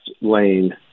lane